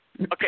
Okay